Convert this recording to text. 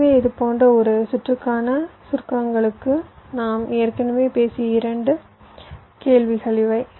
எனவே இது போன்ற ஒரு சுற்றுக்கான சுருக்கங்களுக்கு நாம் ஏற்கனவே பேசிய 2 கேள்விகள் இவை